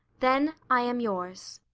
then i am yours.